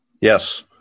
Yes